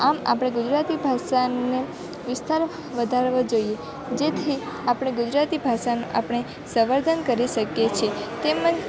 આમ આપણે ગુજરાતી ભાષાને વિસ્તાર વધારવો જોઈએ જેથી આપણે ગુજરાતી ભાષાને આપણે સંવર્ધન કરી શકીયે છીએ તેમજ